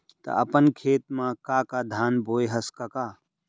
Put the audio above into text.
त अपन खेत म का का धान बोंए हस कका?